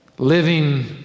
Living